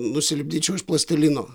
nusilipdyčiau iš plastilino